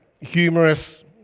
humorous